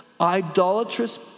idolatrous